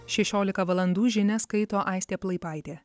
šešiolika valandų žinias skaito aistė plaipaitė